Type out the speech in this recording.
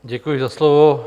Děkuji za slovo.